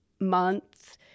month